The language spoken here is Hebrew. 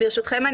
ברשותכם,